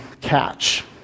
catch